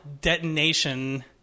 detonation